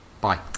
Bye